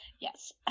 Yes